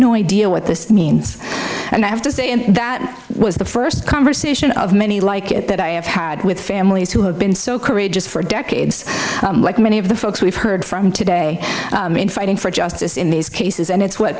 no idea what this means and i have to say and that was the first conversation of many like it that i have had with families who have been so courageous for decades like many of the folks we've heard from today in fighting for justice in these cases and it's what